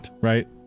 Right